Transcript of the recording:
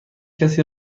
کسی